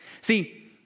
See